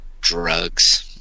drugs